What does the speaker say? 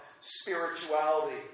spirituality